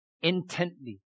intently